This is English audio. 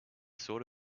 sort